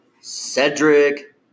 Cedric